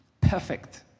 perfect